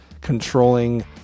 controlling